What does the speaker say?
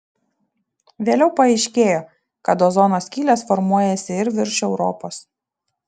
vėliau paaiškėjo kad ozono skylės formuojasi ir virš europos